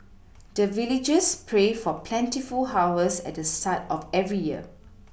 the villagers pray for plentiful harvest at the start of every year